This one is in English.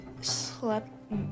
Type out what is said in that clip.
slept